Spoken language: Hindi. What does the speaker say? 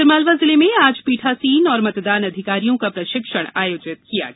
आगरमालवा जिले में आज पीठासीन और मतदान अधिकारियों का प्रशिक्षण आयोजित किया गया